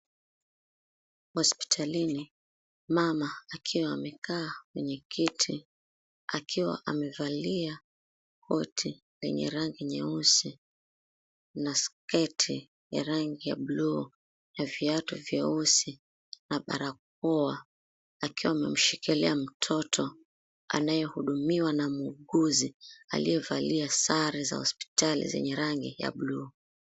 Hospitalini, mama akiwa ameketi akiwa amevalia koti lenye rangi nyeusi na sketi lenye rangi ya buluu na viatu vyeusi na barakoa akiwa amemshikilia mtoto anayehudumiwa na muuguzi aliyevalia sare za hospitali zenye rangi ya blue .